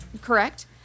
correct